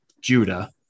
Judah